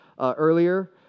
earlier